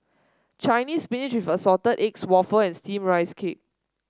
Chinese Spinach with Assorted Eggs waffle and steam Rice Cake